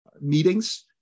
meetings